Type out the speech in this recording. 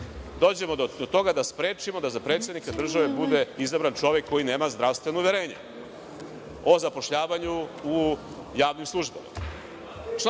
dođemo do toga da sprečimo da za predsednika države bude izabran čovek koji nema zdravstveno uverenje o zapošljavanju u javnim službama. Član